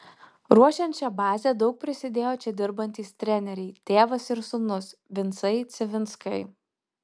ruošiant šią bazę daug prisidėjo čia dirbantys treneriai tėvas ir sūnus vincai civinskai